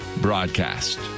broadcast